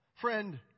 friend